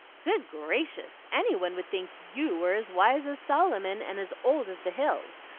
good gracious! any one would think you were as wise as solomon and as old as the hills.